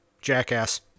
Jackass